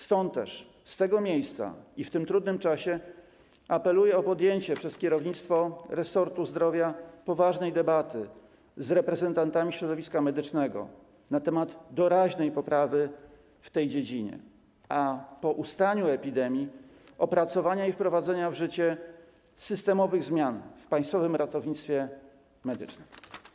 Stąd też z tego miejsca i w tym trudnym czasie apeluję o podjęcie przez kierownictwo resortu zdrowia poważnej debaty z reprezentantami środowiska medycznego na temat doraźnej poprawy w tej dziedzinie, a po ustaniu epidemii - opracowania i wprowadzenia w życie systemowych zmian w Państwowym Ratownictwie Medycznym.